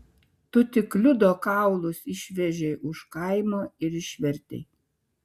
tu tik liudo kaulus išvežei už kaimo ir išvertei